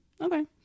Okay